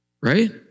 Right